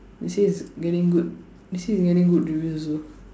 they say it's getting good they say it's getting good reviews also